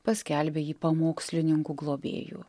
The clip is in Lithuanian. paskelbė jį pamokslininku globėju